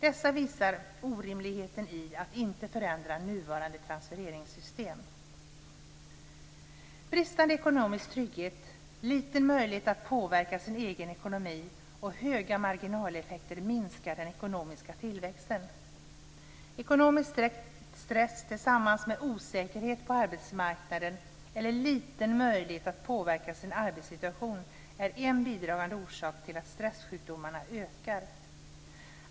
Detta visar orimligheten i att inte förändra nuvarande transfereringssystem. Bristande ekonomisk trygghet, liten möjlighet att påverka sin egen ekonomi och höga marginaleffekter minskar den ekonomiska tillväxten. Ekonomisk stress tillsammans med osäkerhet på arbetsmarknaden eller liten möjlighet att påverka sin arbetssituation är en bidragande orsak till att stressjukdomarna ökar.